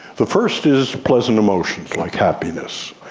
the first is pleasant emotions, like happiness,